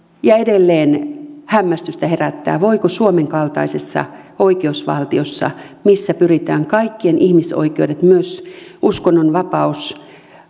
edelleen hämmästystä herättää voiko suomen kaltaisessa oikeusvaltiossa missä pyritään kaikkien ihmisoikeudet myös uskonnonvapaus